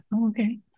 Okay